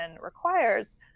requires